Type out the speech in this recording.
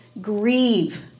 grieve